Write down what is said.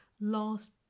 last